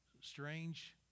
strange